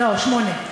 לא, שמונה.